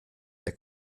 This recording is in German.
der